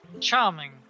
Charming